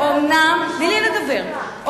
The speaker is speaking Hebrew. תני לי לדבר.